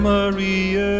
Maria